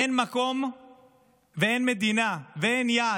אין מקום ואין מדינה ואין יעד,